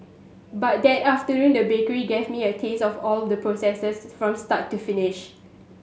but that afternoon the bakery gave me a taste of all the processes from start to finish